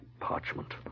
parchment